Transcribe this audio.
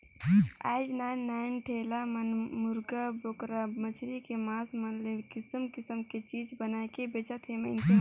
आयज नान नान ठेला मन मुरगा, बोकरा, मछरी के मास मन ले किसम किसम के चीज बनायके बेंचत हे मइनसे मन